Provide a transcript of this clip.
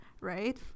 right